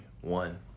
one